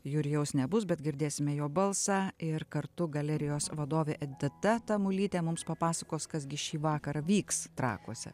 jurijaus nebus bet girdėsime jo balsą ir kartu galerijos vadovė edita tamulytė mums papasakos kas gi šįvakar vyks trakuose